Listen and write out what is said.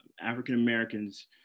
African-Americans